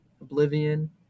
Oblivion